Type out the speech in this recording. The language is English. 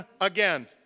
again